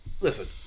Listen